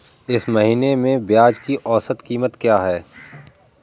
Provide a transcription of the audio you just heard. इस महीने में प्याज की औसत कीमत क्या है?